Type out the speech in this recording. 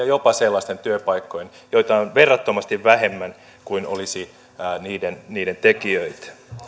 jopa sellaisten työpaikkojen joita on verrattomasti vähemmän kuin olisi niiden niiden tekijöitä